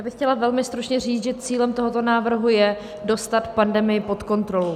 Já bych chtěla velmi stručně říct, že cílem tohoto návrhu je dostat pandemii pod kontrolu.